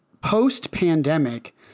post-pandemic